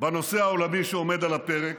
בנושא העולמי שעומד על הפרק,